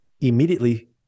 immediately